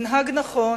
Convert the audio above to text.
תנהג נכון,